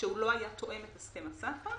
שלא תאם את הסכם הסחר,